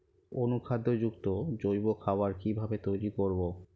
অনুখাদ্য যুক্ত জৈব খাবার কিভাবে তৈরি করব?